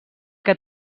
que